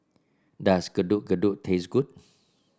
does Getuk Getuk taste good